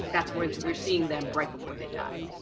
that's where we're seeing them right before they die.